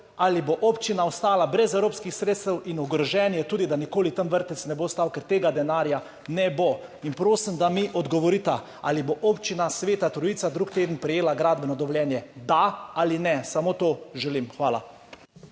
ali bo občina ostala brez evropskih sredstev. Ogroženo je tudi to, da tam vrtec nikoli ne bo stal, ker tega denarja ne bo. Prosim, da mi odgovorita, ali bo Občina Sveta Trojica drugi teden prejela gradbeno dovoljenje, da ali ne. Samo to želim. Hvala.